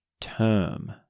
term